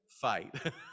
fight